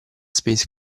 space